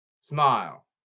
Smile